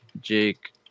Jake